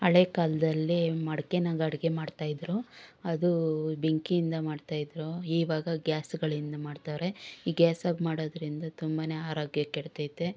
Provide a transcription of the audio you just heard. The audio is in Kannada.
ಹಳೇ ಕಾಲದಲ್ಲಿ ಮಡ್ಕೆಯಾಗ ಅಡುಗೆ ಮಾಡ್ತಾಯಿದ್ರು ಅದು ಬೆಂಕಿಯಿಂದ ಮಾಡ್ತಾಯಿದ್ರು ಇವಾಗ ಗ್ಯಾಸುಗಳಿಂದ ಮಾಡ್ತವ್ರೆ ಈ ಗ್ಯಾಸಾಗ ಮಾಡೋದ್ರಿಂದ ತುಂಬನೇ ಆರೋಗ್ಯ ಕೆಡ್ತೈತೆ